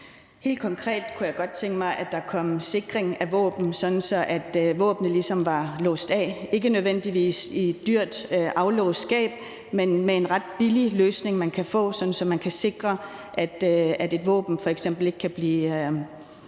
Helt konkret kunne jeg godt tænke mig, at der kom sikring af våben, sådan at våbnene ligesom var låst af, ikke nødvendigvis i et dyrt aflåst skab, men med en ret billig løsning, man kan få, sådan at man kan sikre, at et våben f.eks. ikke kan skyde.